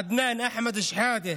עדנאן אחמד שחאדה